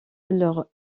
leur